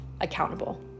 accountable